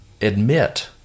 admit